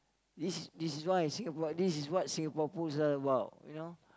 this is this is what this is what Singapore-Pools is about you know